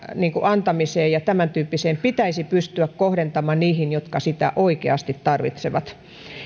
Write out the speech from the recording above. antamiseen ja tämäntyyppiseen pitäisi pystyä kohdentamaan niihin jotka sitä oikeasti tarvitsevat